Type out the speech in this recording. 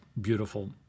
beautiful